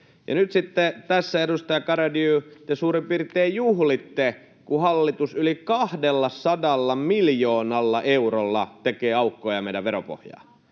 Nyt sitten tässä, edustaja Garedew, te suurin piirtein juhlitte, kun hallitus yli 200 miljoonalla eurolla tekee aukkoja meidän veropohjaan.